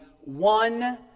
one